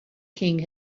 king